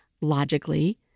logically